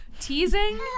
teasing